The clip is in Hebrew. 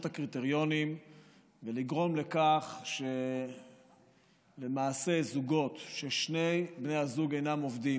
את הקריטריונים ולגרום לכך שלמעשה זוגות שבהם שני בני הזוג אינם עובדים